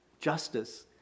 justice